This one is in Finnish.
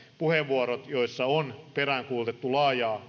puheenvuorot joissa on peräänkuulutettu laajaa